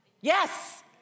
Yes